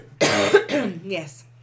Yes